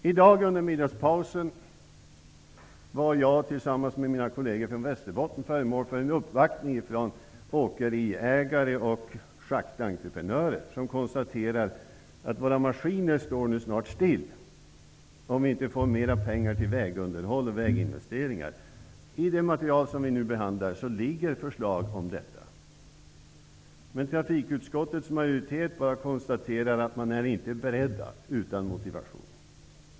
I dag under middagspausen var jag, tillsammans med mina kolleger från Västerbotten, föremål för en uppvaktning från åkeriägare och schaktentreprenörer. De konstaterar att maskinerna snart står stilla om man inte får mer pengar till vägunderhåll och väginvesteringar. I det material som vi nu behandlar finns förslag om detta. Men trafikutskottets majoritet konstaterar utan motivation att man inte är beredd att tillstyrka dem.